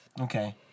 Okay